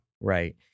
Right